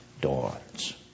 dawns